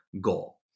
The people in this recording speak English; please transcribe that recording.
goal